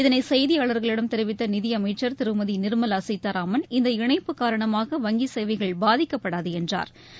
இதனை செய்தியாளா்களிடம் தெரிவித்த நிதி அமைச்ச் திருமதி நிா்மலா சீதாராமன் இந்த இணைப்பு காரணமாக வங்கி சேவைகள் பாதிக்கப்படாது என்றாா்